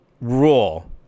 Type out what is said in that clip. rule